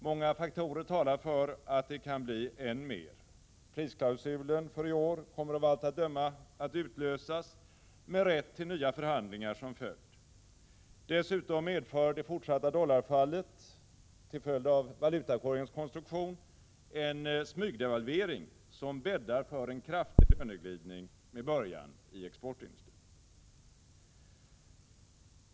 Många faktorer talar för att det kan bli än mer. Prisklausulen för i år kommer av allt att döma att utlösas, med rätt till nya förhandlingar som följd. Dessutom medför det fortsatta dollarfallet — till följd av valutakorgens konstruktion — en smygdevalvering som bäddar för en kraftig löneglidning med början i exportindustrin.